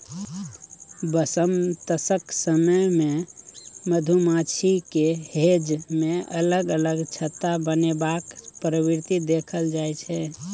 बसंमतसक समय मे मधुमाछी मे हेंज मे अलग अलग छत्ता बनेबाक प्रवृति देखल जाइ छै